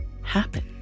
Happen